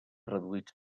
reduïts